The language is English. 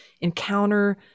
encounter